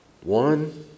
One